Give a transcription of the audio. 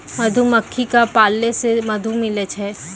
मधुमक्खी क पालै से मधु मिलै छै